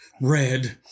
red